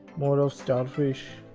more of starfish